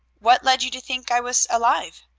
what led you to think i was alive?